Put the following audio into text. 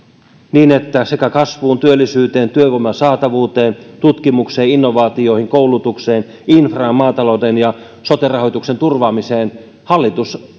sitä että kasvuun työllisyyteen työvoiman saatavuuteen tutkimukseen innovaatioihin koulutukseen infraan maatalouteen ja sote rahoituksen turvaamiseen hallitus